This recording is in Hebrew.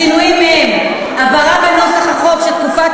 השינויים הם: הבהרה בנוסח החוק שתקופת